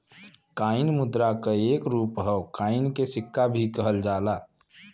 coin मुद्रा क एक रूप हौ कॉइन के सिक्का भी कहल जाला